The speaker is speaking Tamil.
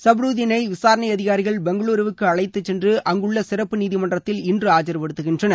சபருதினை விசாரணை அதிகாரிகள் பெங்களுருக்கு அழைத்துச்சென்று அங்குள்ள சிறப்பு நீதிமன்றத்தில் இன்று ஆஜர்ப்படுத்துகின்றனர்